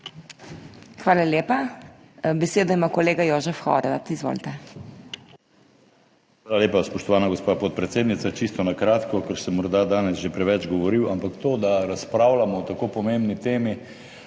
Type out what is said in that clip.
Hvala lepa. Besedo ima kolega Jožef Horvat. Izvolite. **JOŽEF HORVAT (PS NSi):** Hvala lepa, spoštovana gospa podpredsednica. Čisto na kratko, ker sem morda danes že preveč govoril. Ampak to, da razpravljamo o tako pomembni temi,